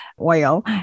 oil